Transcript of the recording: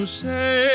say